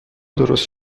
درست